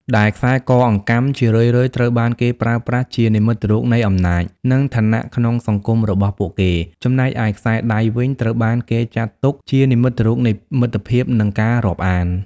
ដែលខ្សែកអង្កាំ ជារឿយៗត្រូវបានគេប្រើប្រាស់ជានិមិត្តរូបនៃអំណាច និងឋានៈក្នុងសង្គមរបស់ពួកគេ ចំណែកឯ ខ្សែដៃ វិញ ត្រូវបានគេចាត់ទុកជានិមិត្តរូបនៃមិត្តភាព និងការរាប់អាន។